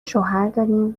شوهرداریم